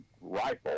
rifle